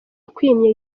wakinnye